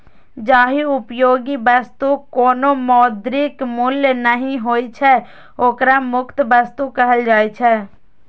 जाहि उपयोगी वस्तुक कोनो मौद्रिक मूल्य नहि होइ छै, ओकरा मुफ्त वस्तु कहल जाइ छै